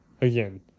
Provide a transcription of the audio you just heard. again